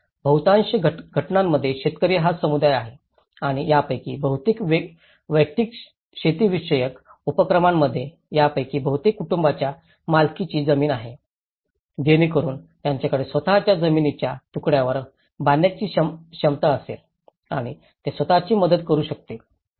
आता बहुतांश घटनांमध्ये शेतकरी हा समुदाय आहे आणि यापैकी बहुतेक वैयक्तिक शेतीविषयक उपक्रमांमध्ये यापैकी बहुतेक कुटुंबांच्या मालकीची जमीन आहे जेणेकरून त्यांच्याकडे स्वत च्या जमिनीच्या तुकड्यावर बांधण्याची क्षमता असेल आणि ते स्वत ची मदत करू शकतील